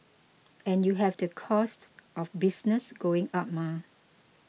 and you have the costs of business going up mah